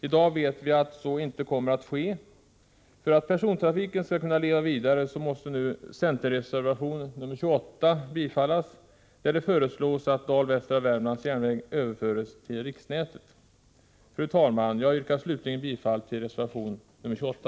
I dag vet vi att så inte kommer att ske. För att persontrafiken skall kunna leva vidare måste nu centerreservationen 28 bifallas, där det föreslås att Dal Västra Värmlands järnväg överförs till riksnätet. Fru talman! Jag yrkar slutligen bifall till reservation 28.